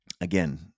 Again